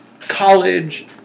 college